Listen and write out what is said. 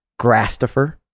Grastifer